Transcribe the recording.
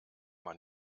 man